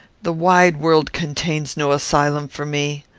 the wide world contains no asylum for me.